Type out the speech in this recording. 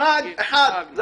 נהג אחד.